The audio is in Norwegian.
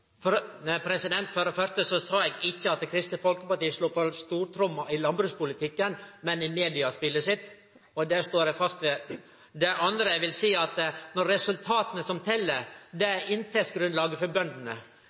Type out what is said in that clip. For det første sa eg ikkje at Kristeleg Folkeparti slo på stortromma i landbrukspolitikken, men i mediespelet sitt, og det står eg fast ved. Det andre eg vil seie, er at det er resultata som tel. Det er inntektsgrunnlaget for bøndene.